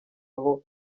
aho